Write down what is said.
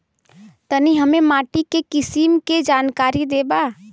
तनि हमें माटी के किसीम के जानकारी देबा?